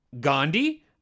Gandhi